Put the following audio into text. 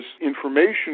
information